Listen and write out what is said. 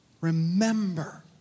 remember